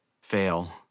fail